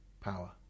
power